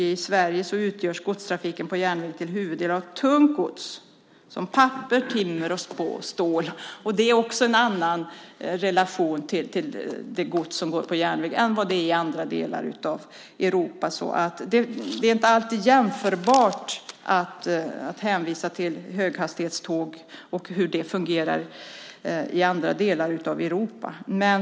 I Sverige utgörs godstrafiken på järnväg huvudsakligen av tungt gods såsom papper, timmer och stål. Det är också en annan relation till det gods som går på järnväg i Sverige jämfört med hur det är i andra delar av Europa. Det är här alltså inte alltid jämförbart när man hänvisar till höghastighetståg och till hur det fungerar i andra delar av Europa.